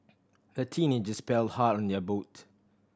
a teenagers paddled hard on their boat